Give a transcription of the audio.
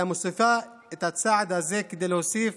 אלא היא מוסיפה את הצעד הזה כדי להוסיף